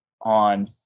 on